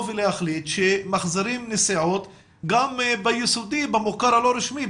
ולהחליט שמחזירים נסיעות גם ביסודי במוכר הלא רשמי,